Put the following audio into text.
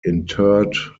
interred